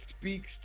speaks